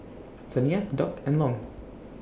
Saniya Doc and Long